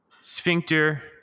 sphincter